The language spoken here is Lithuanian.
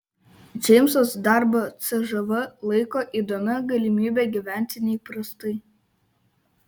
džeimsas darbą cžv laiko įdomia galimybe gyventi neįprastai